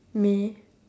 may